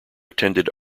attended